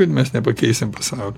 kad mes nepakeisim pasaulio